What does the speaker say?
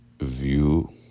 view